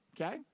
Okay